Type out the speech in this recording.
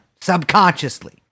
subconsciously